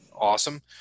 awesome